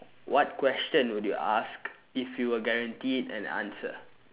what question would you ask if you were guaranteed an answer